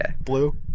Blue